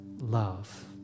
love